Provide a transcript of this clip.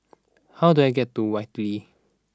how do I get to Whitley